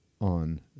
on